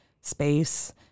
space